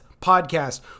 podcast